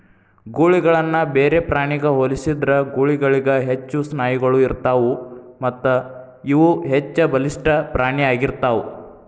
ಗೂಳಿಗಳನ್ನ ಬೇರೆ ಪ್ರಾಣಿಗ ಹೋಲಿಸಿದ್ರ ಗೂಳಿಗಳಿಗ ಹೆಚ್ಚು ಸ್ನಾಯುಗಳು ಇರತ್ತಾವು ಮತ್ತಇವು ಹೆಚ್ಚಬಲಿಷ್ಠ ಪ್ರಾಣಿ ಆಗಿರ್ತಾವ